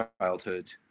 childhood